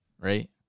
right